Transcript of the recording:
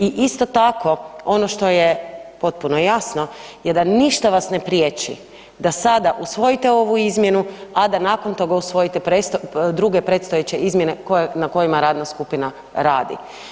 I isto tako ono što je potpuno jasno je da ništa vas ne priječi da sada usvojite ovu izmjenu, a da nakon toga usvojite druge predstojeće izmjene na kojima radna skupina radi.